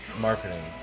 marketing